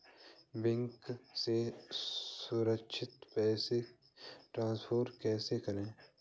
Bank से सुरक्षित पैसे ट्रांसफर कैसे करें?